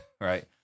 right